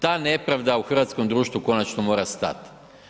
Ta nepravda u hrvatskom društvu konačno mora stati.